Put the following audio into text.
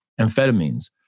amphetamines